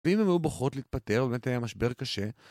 ואם הם היו בוחרות להתפטר, באמת היה משבר קשה.